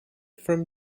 from